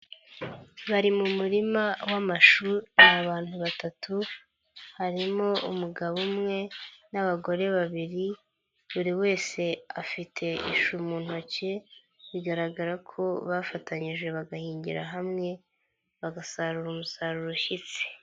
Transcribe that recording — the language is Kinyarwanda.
Bari mu murima w'amashu ni abantu batatu, harimo umugabo umwe n'abagore babiri buri wese afite ishu mu ntoki, bigaragara ko bafatanyije bagahingira hamwe bagasarura umusaruro ushyitse.